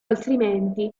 altrimenti